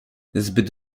zbyt